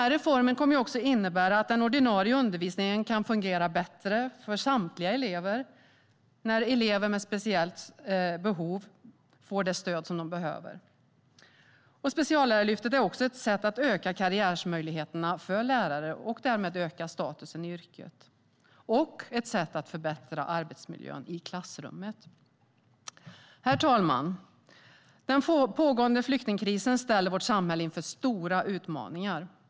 Reformen innebär också att den ordinarie undervisningen kan fungera bättre för samtliga elever, när elever med speciella behov får det stöd de behöver. Speciallärarlyftet är även ett sätt att öka karriärmöjligheterna för lärare och därmed öka statusen i yrket samt ett sätt att förbättra arbetsmiljön i klassrummet. Herr talman! Den pågående flyktingkrisen ställer vårt samhälle inför stora utmaningar.